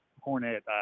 Hornet